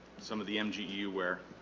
some of the mgu where